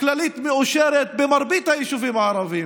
כללית מאושרת במרבית היישובים הערביים,